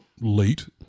late